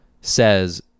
says